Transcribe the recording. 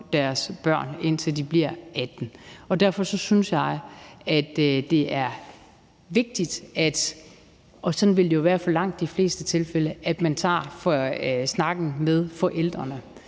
deres børn, indtil de bliver 18 år, og derfor synes jeg, det er vigtigt – og sådan vil det jo være i langt de fleste tilfælde – at man tager snakken med forældrene.